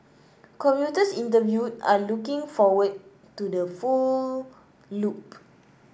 commuters interviewed are looking forward to the full loop